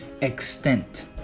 extent